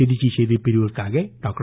திருச்சி செய்திப்பிரிவிற்காக டாக்டர்